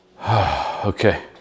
Okay